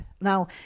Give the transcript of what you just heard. Now